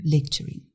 lecturing